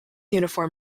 uniform